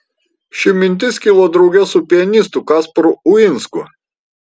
ši mintis kilo drauge su pianistu kasparu uinsku